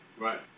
Right